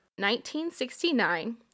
1969